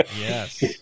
Yes